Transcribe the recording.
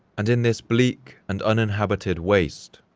and in this bleak and uninhabited waste,